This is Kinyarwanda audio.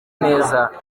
neza